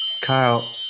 Kyle